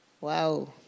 Wow